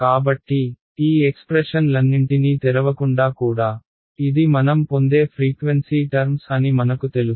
కాబట్టి ఈ ఎక్స్ప్రెషన్ లన్నింటినీ తెరవకుండా కూడా ఇది మనం పొందే ఫ్రీక్వెన్సీ టర్మ్స్ అని మనకు తెలుసు